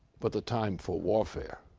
but the time for warfare,